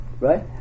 right